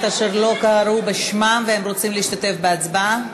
אשר לא קראו בשמם והם רוצים להשתתף בהצבעה?